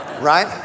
Right